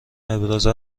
ابراز